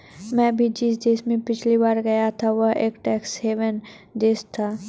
मैं भी जिस देश में पिछली बार गया था वह एक टैक्स हेवन देश था